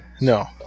No